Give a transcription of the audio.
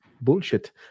bullshit